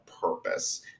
purpose